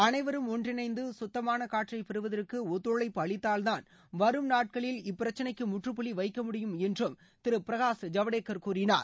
அனைவரும் ஒன்றிணைந்து கத்தமான காற்றை பெறுவதற்கு ஒத்துழைப்பு அளித்தால்தான் வரும் நாட்களில் இப்பிரச்சனைக்கு முற்றுப்புள்ளி வைக்க முடியும் என்றும் திரு பிரகாஷ் ஜவ்டேகர் கூறினார்